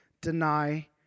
deny